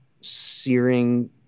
searing